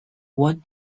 what